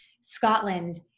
Scotland